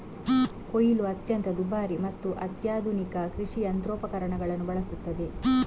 ಕೊಯ್ಲು ಅತ್ಯಂತ ದುಬಾರಿ ಮತ್ತು ಅತ್ಯಾಧುನಿಕ ಕೃಷಿ ಯಂತ್ರೋಪಕರಣಗಳನ್ನು ಬಳಸುತ್ತದೆ